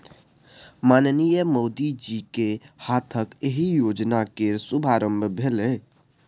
माननीय मोदीजीक हाथे एहि योजना केर शुभारंभ भेलै